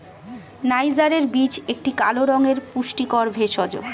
নাইজারের বীজ একটি কালো রঙের পুষ্টিকর ভেষজ